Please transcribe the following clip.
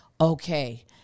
okay